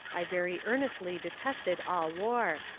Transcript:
i very earnestly detested all war,